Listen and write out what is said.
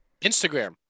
instagram